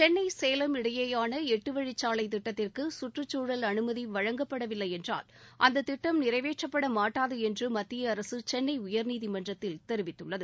சென்னை சேலம் இடையேயான எட்டு வழிச்சாலை திட்டத்திற்கு சுற்றுச்சூழல் அனுமதி வழங்கப்படவில்லை என்றால் அந்த திட்டம் நிறைவேற்றப்படமாட்டாது என்று மத்திய அரசு சென்னை உயர்நீதிமன்றத்தில் தெரிவித்துள்ளது